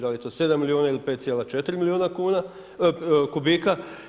Da li je to 7 milijuna ili 5,4 milijuna kubika.